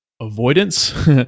avoidance